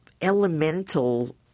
elemental